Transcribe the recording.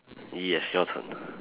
yes your turn